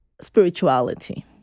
spirituality